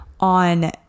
On